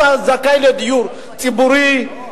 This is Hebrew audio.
אתה זכאי לדיור ציבורי,